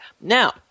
Now